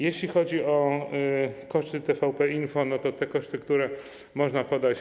Jeśli chodzi o koszty TVP Info, to te koszty, które można podać.